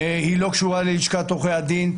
היא לא קשורה ללשכת עורכי הדין,